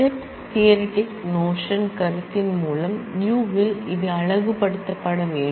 set theoretic notion கருத்தின் மூலம் Ս இல் அவை அலகுப்படுத்தப்பட வேண்டும்